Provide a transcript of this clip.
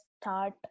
start